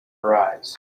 arise